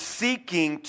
seeking